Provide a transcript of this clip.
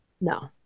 No